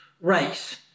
race